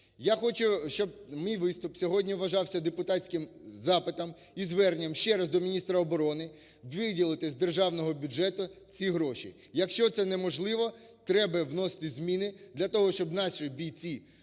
Я хочу, щоб мій виступ сьогодні вважався депутатським запитом і зверненням ще раз до міністра оборони виділити з державного бюджету ці гроші. Якщо це неможливо, треба вносити зміни для того, щоб наші бійці